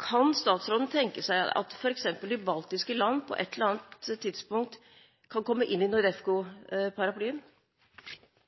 kan statsråden tenke seg at f.eks. de baltiske land på et eller annet tidspunkt kan komme inn